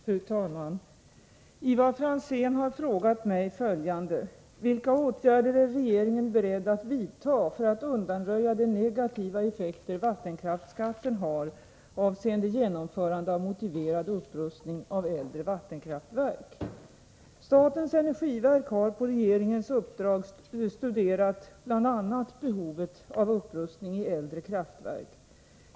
Fru talman! Ivar Franzén har frågat mig följande: Vilka åtgärder är regeringen beredd att vidta för att undanröja de negativa effekter vattenkraftsskatten har avseende genomförande av motiverad upprustning av äldre vattenkraftverk? Statens energiverk har på regeringens uppdrag studerat bl.a. behovet av upprustning i äldre kraftverk.